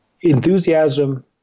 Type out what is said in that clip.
enthusiasm